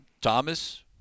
Thomas